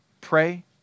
pray